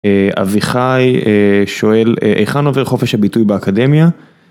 אביחי שואל היכן עובר חופש הביטוי באקדמיה?